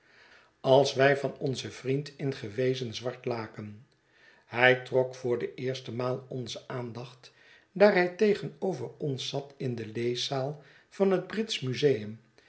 als wij van onzen vriend in gewezen zwart laken hij trok voor de eerste maal onze aandacht daar hij tegenover ons zat in de leeszaal van het britsch museum